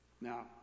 Now